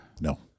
No